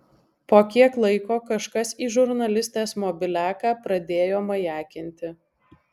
po kiek laiko kažkas į žurnalistės mobiliaką pradėjo majakinti